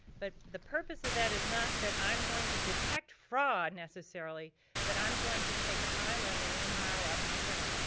but the purpose of that is not, that i'm going to detect fraud necessarily but i'm going to take a high level one mile up, i'm gonna,